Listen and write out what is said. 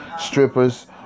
strippers